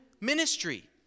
ministry